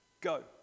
Go